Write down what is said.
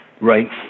Right